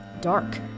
dark